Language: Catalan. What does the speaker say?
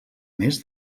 més